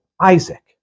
Isaac